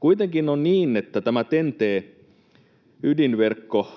Kuitenkin on niin, että tämä TEN-T-ydinverkko